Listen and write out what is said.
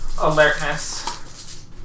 alertness